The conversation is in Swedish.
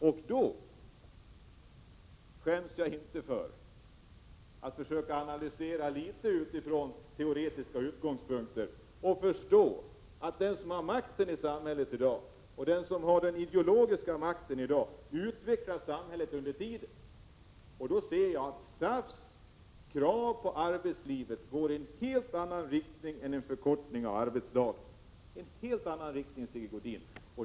Jag skäms inte för att försöka göra en analys utifrån teoretiska utgångspunkter och säga att den som har den ideologiska makten utvecklar samhället under tiden och att SAF:s krav på arbetslivet går i en helt annan riktning än en förkortning av arbetsdagen.